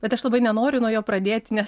bet aš labai nenoriu nuo jo pradėti nes